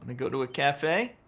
and go to a cafe?